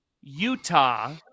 Utah